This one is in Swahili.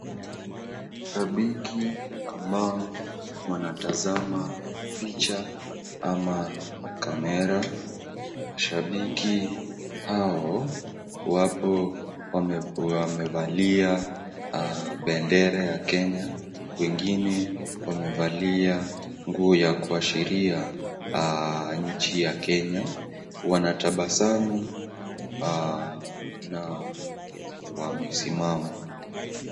Shabiki ambao wanatazama picha ama kamera, mashabiki hao wapo wamevalia bendera ya Kenya, wengine wamevalia nguo ya kuashiria nchi ya Kenya, wanatabasamu na wamesimama.